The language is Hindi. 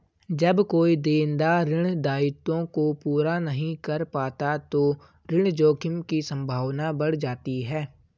जब कोई देनदार ऋण दायित्वों को पूरा नहीं कर पाता तो ऋण जोखिम की संभावना बढ़ जाती है